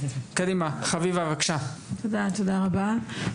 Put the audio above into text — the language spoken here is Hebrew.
תודה רבה.